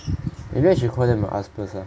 maybe I should call them to ask first ah